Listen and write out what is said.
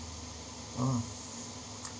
ah